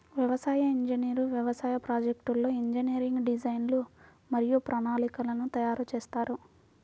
వ్యవసాయ ఇంజనీర్లు వ్యవసాయ ప్రాజెక్ట్లో ఇంజనీరింగ్ డిజైన్లు మరియు ప్రణాళికలను తయారు చేస్తారు